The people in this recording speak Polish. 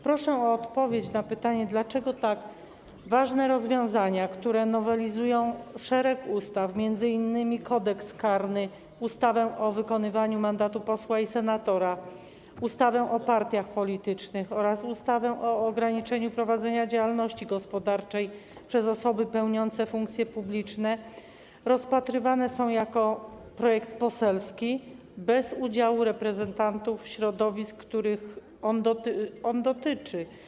Proszę o odpowiedź na pytanie, dlaczego tak ważne rozwiązania, które nowelizują szereg ustaw, m.in. Kodeks karny, ustawę o wykonywaniu mandatu posła i senatora, ustawę o partiach politycznych oraz ustawę o ograniczeniu prowadzenia działalności gospodarczej przez osoby pełniące funkcje publiczne, rozpatrywane są jako projekt poselski bez udziału reprezentantów środowisk, których on dotyczy.